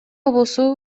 облусу